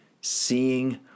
seeing